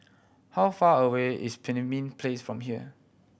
how far away is Pemimpin Place from here